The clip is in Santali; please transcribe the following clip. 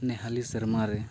ᱱᱮᱼᱦᱟᱹᱞᱤ ᱥᱮᱨᱢᱟᱨᱮ